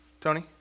Tony